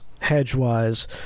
hedge-wise